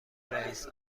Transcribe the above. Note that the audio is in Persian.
رئیس